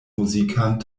muzikan